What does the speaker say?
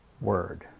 word